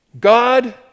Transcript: God